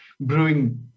brewing